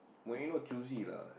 Morino choosy lah